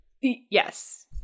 Yes